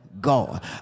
God